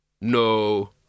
No